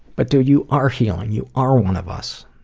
but dude you are healing. you are one of us.